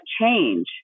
change